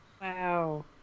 wow